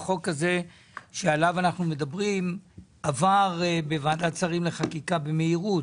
החוק שעליו אנחנו מדברים עבר בוועדת שרים לחקיקה במהירות,